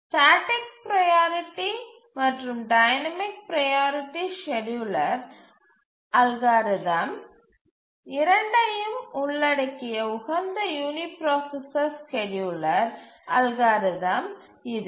static priority மற்றும் dynamic priority scheduler algorithm இரண்டையும் உள்ளடக்கிய உகந்த யூனிபிராசசர் ஸ்கேட்யூலர் அல்காரிதம் இது